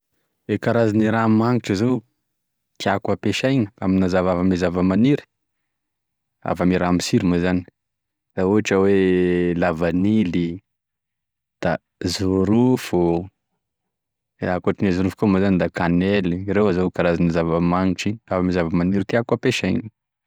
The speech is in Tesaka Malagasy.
E karazan'e raha magnitry zao tiako hampesaina avy avy ame zavamaniry, avy ame raha mitsiry moa zany, da ohatra hoe lavanily, jorofo, da akoatrin'e jorofo koa moa zany da kanely, ireo zao karazan'e zavamagnitry avy ame zavamaniry magnitry tiako hampesay.